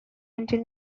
until